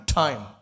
time